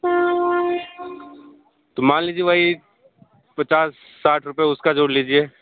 तो मान लीजिए वही पचास साठ रुपए उसका जोड़ लीजिए